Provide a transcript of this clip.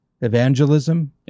evangelism